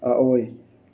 ꯑꯥꯑꯣꯏ